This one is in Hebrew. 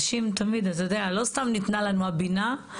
נשים, אתה יודע, לא סתם ניתנה לנו הבינה.